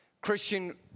Christian